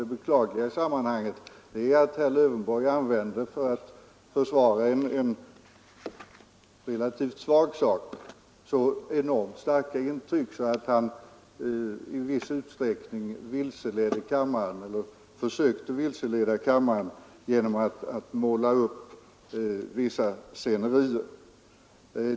Det beklagliga i sammanhanget är att herr Lövenborg, för att försvara en relativt svag sak, använde så enormt starka uttryck att han i viss utsträckning vilseledde — eller försökte vilseleda — kammaren genom att måla upp vissa scenerier.